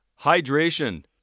Hydration